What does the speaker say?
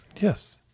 Yes